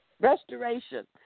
Restoration